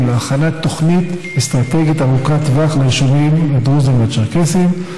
להכנת תוכנית אסטרטגית ארוכת טווח ליישובים הדרוזיים והצ'רקסיים.